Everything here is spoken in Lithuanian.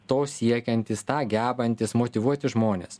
to siekiantys tą gebantys motyvuoti žmones